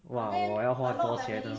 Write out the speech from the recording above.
!wah! 我要花很多钱 hor